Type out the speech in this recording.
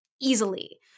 easily